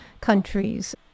countries